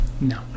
No